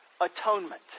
atonement